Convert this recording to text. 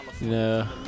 No